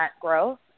growth